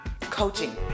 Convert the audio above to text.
coaching